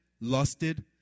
lusted